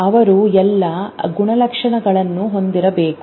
ಅವರು ಎಲ್ಲಾ ಗುಣಲಕ್ಷಣಗಳನ್ನು ಹೊಂದಿರಬೇಕು